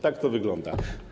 Tak to wygląda.